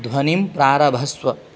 ध्वनिं प्रारभस्व